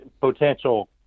potential